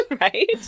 Right